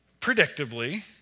predictably